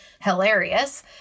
hilarious